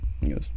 Yes